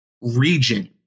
region